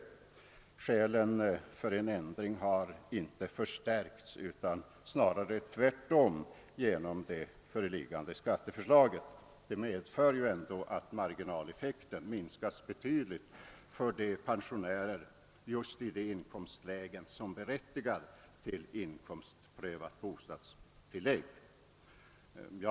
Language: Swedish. Skälen för en ändring har inte förstärkts, snarare tvärtom, genom det föreliggande skatteförslaget. Detta medför att marginaleffekten minskas betydligt för pensionärer just i de inkomstlägen som berättigar till inkomstprövade bostadstillägg.